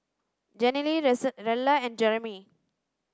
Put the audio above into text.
Jenilee Rella and Jeremy